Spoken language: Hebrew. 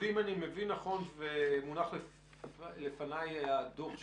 זאת אומרת אם אני מבין נכון ומונח כאן הדוח שלכם,